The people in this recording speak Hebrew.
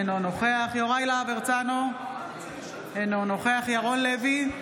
אינו נוכח יוראי להב הרצנו, אינו נוכח ירון לוי,